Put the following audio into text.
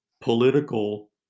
political